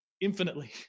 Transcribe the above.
infinitely